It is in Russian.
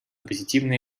позитивные